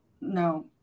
No